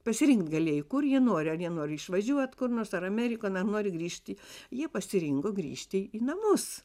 pasirinkt galėjai kur jie nori ar jie nori išvažiuot kur nors ar amerikon ar nori grįžti jie pasirinko grįžti į namus